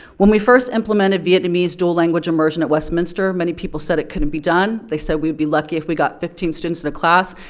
when we first implemented vietnamese dual language immersion at westminster, many people it couldn't be done. they said we'd be lucky if we got fifteen students in a class.